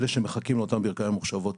אלה שמחכים לאותן ברכיים ממוחשבות.